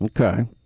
Okay